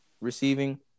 receiving